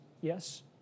Yes